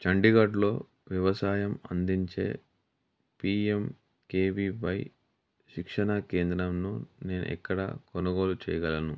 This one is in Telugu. చండీగఢ్లో వ్యవసాయం అందించే P M K V Y శిక్షణా కేంద్రంను నేను ఎక్కడ కొనుగోలు చేయగలను